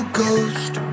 ghost